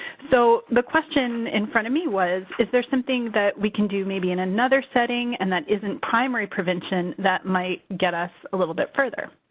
so, the question in front of me was, is there something that we can do, maybe in another setting and that isn't primary prevention that might get us a little bit further?